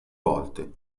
volte